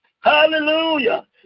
Hallelujah